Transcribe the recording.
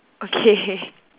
okay